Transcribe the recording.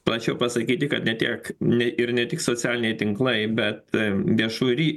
pats jau pasakyti kad tiek nei ir ne tik socialiniai tinklai bet viešųjų ry